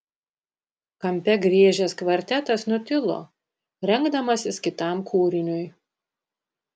kampe griežęs kvartetas nutilo rengdamasis kitam kūriniui